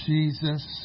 Jesus